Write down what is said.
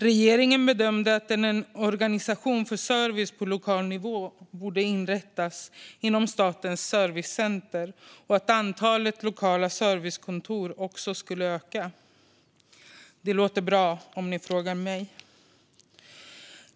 Regeringen bedömde att en organisation för service på lokal nivå borde inrättas inom Statens servicecenter och att antalet lokala servicekontor också skulle öka. Det låter bra, om ni frågar mig.